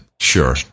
Sure